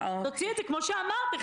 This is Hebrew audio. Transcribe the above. כמו שאמרת,